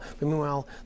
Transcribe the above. meanwhile